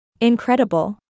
Incredible